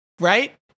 right